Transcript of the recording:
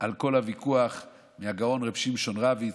על כל הוויכוח מהגאון רב שמשון רביץ,